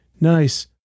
Nice